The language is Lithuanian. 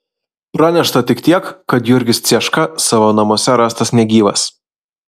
pranešta tik tiek kad jurgis cieška savo namuose rastas negyvas